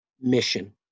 mission